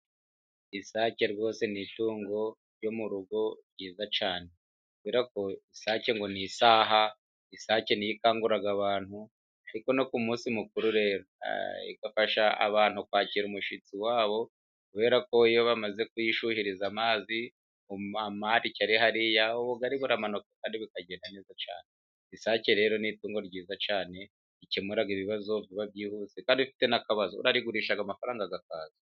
Isake rwose ni itungo ryo mu rugo ryiza cyane, kubera ko isake ngo ni isaha isake ni yo ikangura abantu, ariko no ku munsi mukuru rero igafasha abantu kwakira umushyitsi wabo, kubera ko iyo bamaze kuyishyuhiriza amazi amarike ari hariya ubugari buramanuka Kandi bukagenda neza cyane, isake rero ni itungo ryiza cyane rikemura ibibazo vuba byihuse kandi iyo ufite n'akabazo urarigurisha amafaranga akaza.